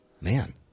Man